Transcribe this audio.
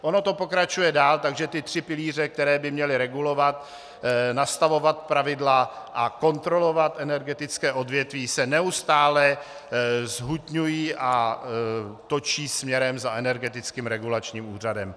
Ono to pokračuje dál, takže ty tři pilíře, které by měly regulovat, nastavovat pravidla a kontrolovat energetické odvětví, se neustále zhutňují a točí směrem za Energetickým regulačním úřadem.